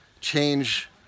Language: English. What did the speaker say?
change